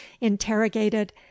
interrogated